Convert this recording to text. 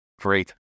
great